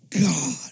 God